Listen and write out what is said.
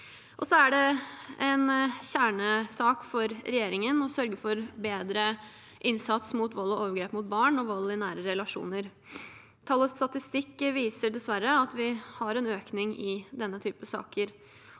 Så er det en kjernesak for regjeringen å sørge for bedre innsats mot vold og overgrep mot barn og vold i nære relasjoner. Tall og statistikk viser dessverre at vi har en økning i denne type saker,